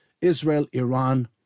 Israel-Iran